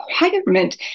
requirement